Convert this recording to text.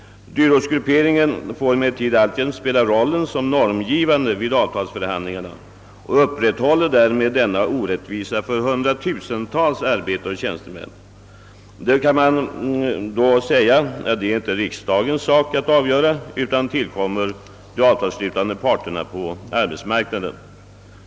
Dyrortsgrupperingen får emellertid alltjämt spela roll som normgivande vid avtalsförhandlingarna och upprätthåller därmed denna orättvisa för hundratusentals arbetare och tjänstemän. Man kan då säga att det inte är riksdagens sak att bestämma, utan. att avgörandet tillkommer de avtalsslutande parterna på arbetsmarknaden.